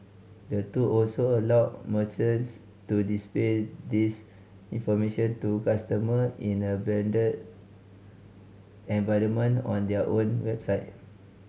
the tool also allows merchants to display this information to customer in a branded environment on their own website